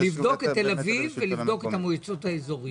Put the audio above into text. -- גם במועצות האזוריות,